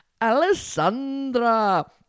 Alessandra